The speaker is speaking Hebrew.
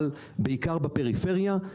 אבל בעיקר בפריפריה.